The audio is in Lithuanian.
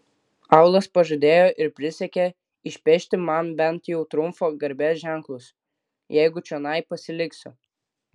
aulas pažadėjo ir prisiekė išpešti man bent jau triumfo garbės ženklus jeigu čionai pasiliksiu